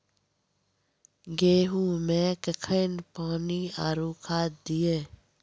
गेहूँ मे कखेन पानी आरु खाद दिये?